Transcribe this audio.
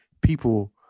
people